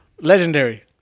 legendary